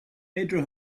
pedro